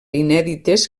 inèdites